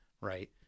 Right